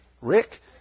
Rick